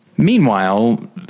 Meanwhile